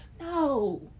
No